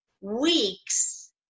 weeks